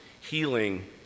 healing